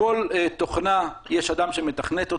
לכל תוכנה יש אדם שמתכנת.